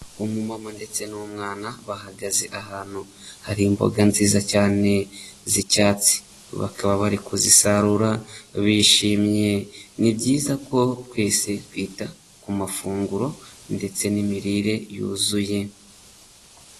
Umumama ndetse n'umwana bahagaze ahantu hari imboga nziza cyane z'icyatsi. Bakaba bari kuzisarura bishimye. Ni byiza ko twese twita ku mafunguro ndetse n'imirire yuzuye.